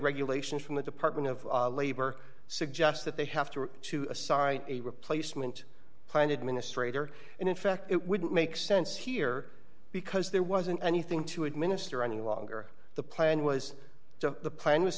regulations from the department of labor suggest that they have to to a sorry a replacement plan administrator and in fact it wouldn't make sense here because there wasn't anything to administer any longer the plan was to the plan was